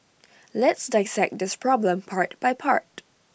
let's dissect this problem part by part